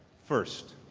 first,